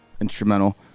instrumental